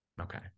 okay